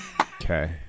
Okay